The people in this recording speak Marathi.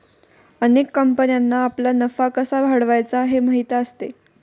अनेक कंपन्यांना आपला नफा कसा वाढवायचा हे माहीत असते